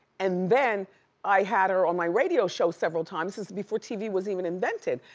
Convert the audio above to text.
and then i had her on my radio show several times, this is before tv was even invented,